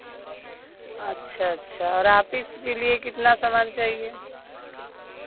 अच्छा अच्छा और ऑफिस के लिए कितना सामान चाहिए